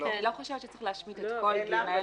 אני לא חושבת שצריך להשמיט את כל סעיף קטן (ג).